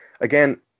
again